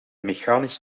mechanisch